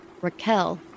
Raquel